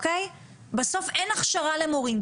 בסוף אין הכשרה למורים.